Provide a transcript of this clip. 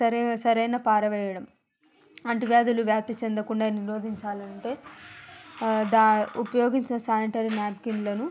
సరైన సరైన పారవేయడం అంటువ్యాధులు వ్యాప్తి చెందకుండా నిరోధించాలంటే డా ఉపయోగించిన శానిటరీ నాప్కిన్లను